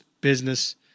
business